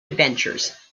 adventures